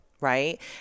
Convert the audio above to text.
right